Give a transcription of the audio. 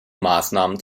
maßnahmen